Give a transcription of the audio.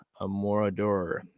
Amorador